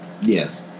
Yes